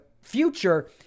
future